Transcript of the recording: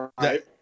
Right